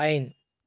pine